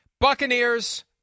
Buccaneers